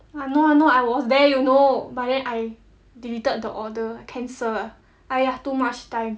!hannor! !hannor! I was there you know but then I deleted the order cancel uh !aiya! too much time